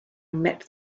met